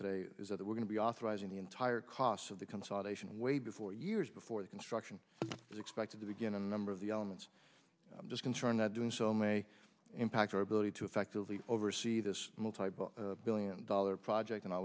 today is that we're going to be authorizing the entire costs of the consolidation way before years before the construction is expected to begin a number of the elements i'm just concerned that doing so may impact our ability to effectively oversee this type of billion dollar project and i